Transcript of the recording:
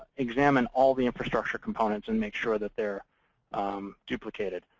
examine all the infrastructure components and make sure that they're duplicated.